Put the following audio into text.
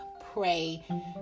pray